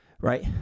Right